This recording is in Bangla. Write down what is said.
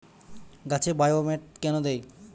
গাছে বায়োমেট কেন দেয়?